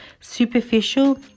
Superficial